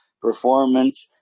performance